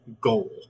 goal